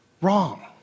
wrong